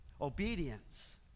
Obedience